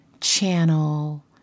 channel